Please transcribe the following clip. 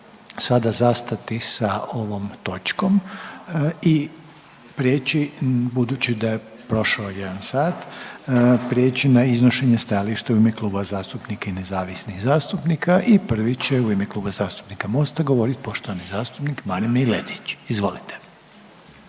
sada zastati sa ovom točkom i prijeći budući da je prošao jedan sat, prijeći na iznošenje stajališta. **Reiner, Željko (HDZ)** Mi se sada vraćamo na našu točku pa će u ime Kluba zastupnika HDZ-a govoriti poštovana zastupnica Nada Murganić, izvolite.